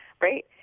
right